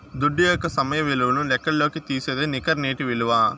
దుడ్డు యొక్క సమయ విలువను లెక్కల్లోకి తీసేదే నికర నేటి ఇలువ